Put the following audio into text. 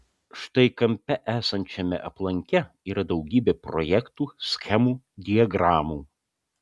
štai kampe esančiame aplanke yra daugybė projektų schemų diagramų